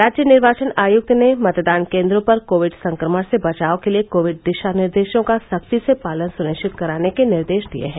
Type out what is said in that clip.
राज्य निर्वाचन आयक्त ने मतदान केन्द्रों पर कोविड संक्रमण से बचाव के लिये कोविड दिशा निर्देशों का सख्ती से पालन सुनिश्चित कराने के निर्देश दिये हैं